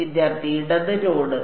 വിദ്യാർത്ഥി ഇടത് നോഡ്